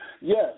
Yes